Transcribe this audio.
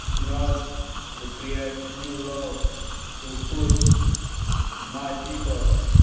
not to create new law to push my people